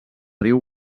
riu